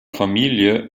familie